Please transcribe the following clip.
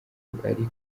gatatu